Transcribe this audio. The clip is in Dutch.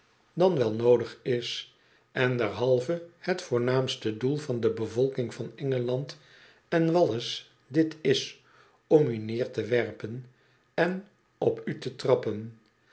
dan wel noodig is en derhalve het voornaamste doel van de bevolking van engeland en w a i s dit is om u neer te werpen en op u te trappen